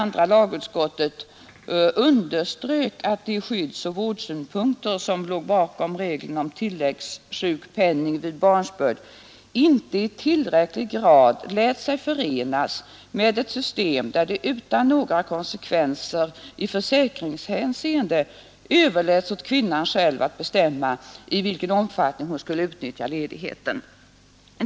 Andra lagutskottet ”underströk att de skyddsoch vårdsynpunkter som låg bakom reglerna om tilläggssjukpenning vid barnsbörd inte i tillräcklig grad lät sig förenas med ett system där det utan några konsekvenser i försäkringshänseende överläts åt kvinnan själv att bestämma i vilken omfattning hon skulle utnyttja ledigheten”.